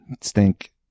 stink